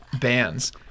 bands